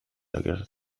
guerra